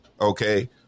okay